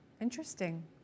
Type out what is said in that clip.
Interesting